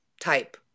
type